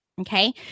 Okay